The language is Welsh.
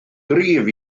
gryf